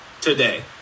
today